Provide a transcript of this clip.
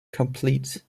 complete